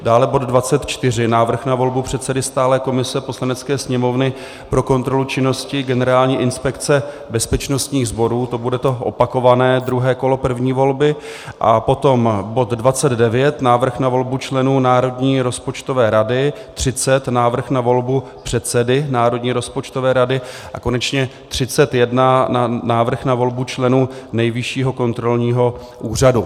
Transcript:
Dále bod 24, Návrh na volbu předsedy stálé komise Poslanecké sněmovny pro kontrolu činnosti Generální inspekce bezpečnostních sborů, to bude to opakované druhé kolo první volby, a potom bod 29, Návrh na volbu členů Národní rozpočtové rady, 30, Návrh na volbu předsedy Národní rozpočtové rady, a konečně 31, Návrh na volbu členů Nejvyššího kontrolního úřadu.